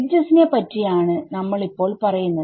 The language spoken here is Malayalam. എഡ്ജസിനെ പറ്റിയാണ് നമ്മൾ ഇപ്പോൾ പറയുന്നത്